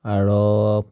আৰৱ